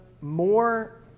more